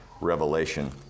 Revelation